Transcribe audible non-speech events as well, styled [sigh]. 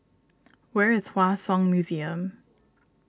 [noise] where is Hua Song Museum